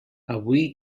avui